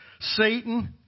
Satan